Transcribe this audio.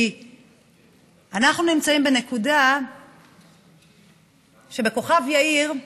כי אנחנו נמצאים בנקודה שבכוכב יאיר,